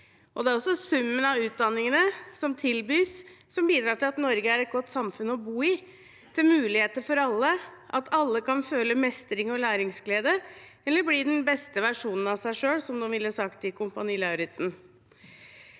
Det er også summen av utdanningene som tilbys, som bidrar til at Norge er et godt samfunn å bo i, som bidrar til muligheter for alle, til at alle kan føle mestring og læringsglede, eller bli den beste versjonen av seg selv, som de ville sagt i Kompani Lauritzen.